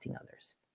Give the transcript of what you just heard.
others